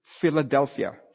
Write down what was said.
Philadelphia